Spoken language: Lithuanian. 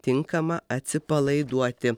tinkamą atsipalaiduoti